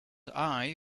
eye